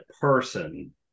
person